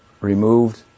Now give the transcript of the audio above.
removed